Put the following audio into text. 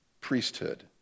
priesthood